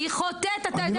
היא חוטאת - אתה יודע למי?